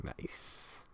Nice